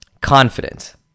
confidence